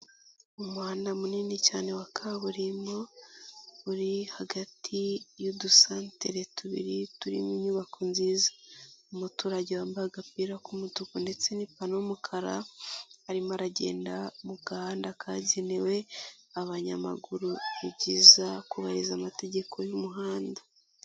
Umuhanda munini cyane wa kaburimbo, uri hagati y'udusantere tubiri turimo inyubako nziza. Umuturage wambaye agapira k'umutuku ndetse n'ipantaro y'umukara, arimo aragenda mu gahanda kagenewe abanyamaguru. Ni byiza kubahiriza amategeko y'umuhanda.